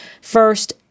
first